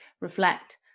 reflect